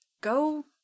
go